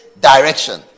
direction